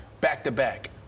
back-to-back